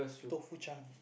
tofu chaat